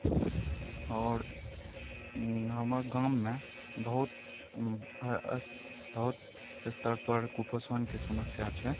आओर हमर गाममे बहुत बहुत स्तरपर कुपोषणके समस्या छै